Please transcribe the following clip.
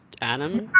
Adam